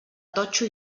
totxo